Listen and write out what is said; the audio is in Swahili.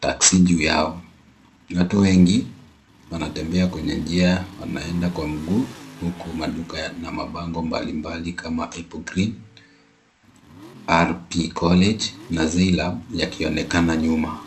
taxi juu yao. Watu wengi wanatembea kwenye njia wanaenda kwa mguu huku maduka yana mabango mbalimbali kama Apple Green, RP College na Zeila yakionekana nyuma.